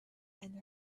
and